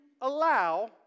allow